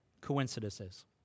coincidences